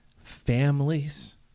families